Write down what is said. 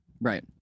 Right